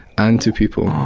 and to people.